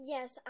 Yes